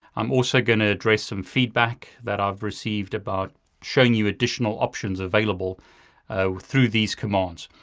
i'm also gonna address some feedback that i've received about showing you additional options available ah through these commands.